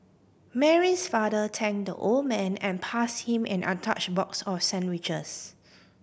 Mary's father thanked the old man and passed him an untouched box of sandwiches